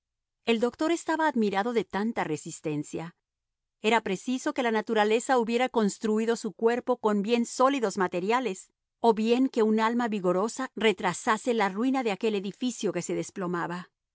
el doctor estaba admirado de tanta resistencia era preciso que la naturaleza hubiera construido su cuerpo con bien sólidos materiales o bien que un alma vigorosa retrasase la ruina de aquel edificio que se desplomaba